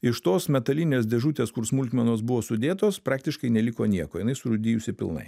iš tos metalinės dėžutės kur smulkmenos buvo sudėtos praktiškai neliko nieko jinai surūdijusi pilnai